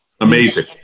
Amazing